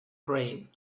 crane